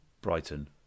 Brighton